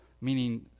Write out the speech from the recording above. Meaning